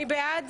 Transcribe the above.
הצבעה בעד,